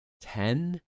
ten